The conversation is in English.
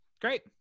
Great